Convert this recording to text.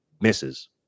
misses